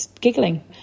giggling